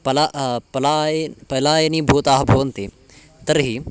पला पलाये पलायनी भूताः भवन्ति तर्हि